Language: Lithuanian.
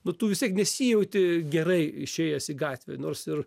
nu tu vis tiek nesijauti gerai išėjęs į gatvę nors ir